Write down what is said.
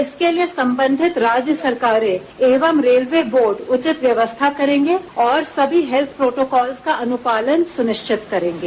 इसके लिए संबंधित राज्य सरकारें एवं रेलवे बोर्ड उचित व्यवस्था करेंगे और सभी हेल्थ केयर प्रोटोकोल्स का अनुपालन सुनिश्चित करेंगे